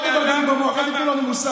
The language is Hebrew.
אל תבלבלו במוח, אל תיתנו לנו מוסר.